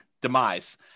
demise